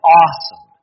awesome